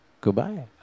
Goodbye